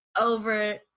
over